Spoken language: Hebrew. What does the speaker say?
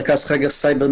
מרכז חקר סייבר,